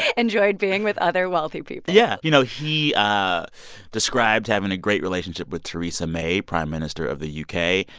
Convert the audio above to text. ah enjoyed being with other wealthy people yeah. you know, he ah described having a great relationship with theresa may, prime minister of the u k,